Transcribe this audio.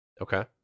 Okay